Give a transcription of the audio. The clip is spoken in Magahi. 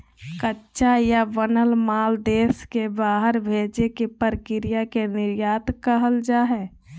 कच्चा या बनल माल देश से बाहर भेजे के प्रक्रिया के निर्यात कहल जा हय